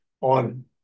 on